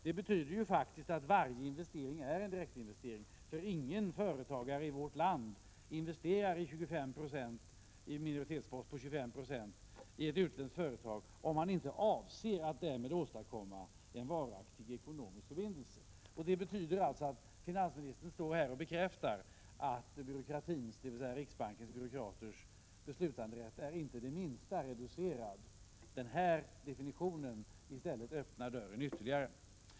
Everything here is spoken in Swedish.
Det betyder faktiskt att varje investering är en direktinvestering. Ingen företagare i vårt land investerar i en minoritetspost på 25 96 i ett utländskt företag om han inte avser att därmed åstadkomma en varaktig ekonomisk förbindelse. Det innebär alltså att finansministern bekräftar att riksbankens byråkraters beslutanderätt inte är det minsta reducerad. Denna definition öppnar i stället dörren ytterligare.